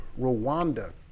Rwanda